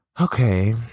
Okay